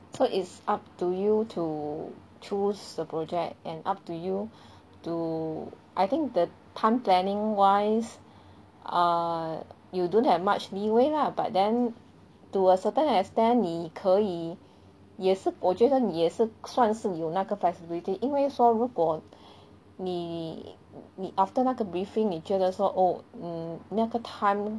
so it's up to you to choose the project and up to you to I think the time planning wise err you don't have much leeway lah but then to a certain extent 你可以也是我觉得你也是算是有那个 flexibility 因为说如果你你 after 那个 briefing 你觉得说 oh mm 那个 time